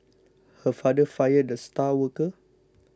her father fired the star worker